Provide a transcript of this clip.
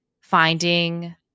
finding